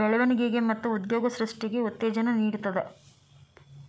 ಬೆಳವಣಿಗೆ ಮತ್ತ ಉದ್ಯೋಗ ಸೃಷ್ಟಿಗೆ ಉತ್ತೇಜನ ನೇಡ್ತದ